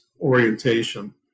orientation